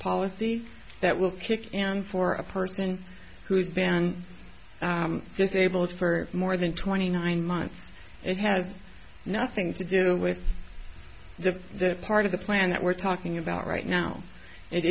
policy that will kick in for a person who's been disabled for more than twenty nine months it has nothing to do with the that part of the plan that we're talking about right now it